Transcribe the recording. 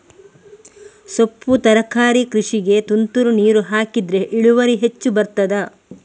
ಸೊಪ್ಪು ತರಕಾರಿ ಕೃಷಿಗೆ ತುಂತುರು ನೀರು ಹಾಕಿದ್ರೆ ಇಳುವರಿ ಹೆಚ್ಚು ಬರ್ತದ?